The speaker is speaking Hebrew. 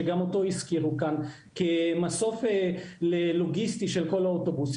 שגם אותו הזכירו כאן כמסוף לוגיסטי של כל האוטובוסים,